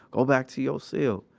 go back to your cell.